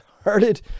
started